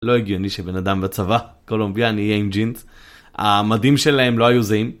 לא הגיוני שבן אדם בצבא קולומביאני יהיה עם ג'ינס. העמדים שלהם לא היו זהים.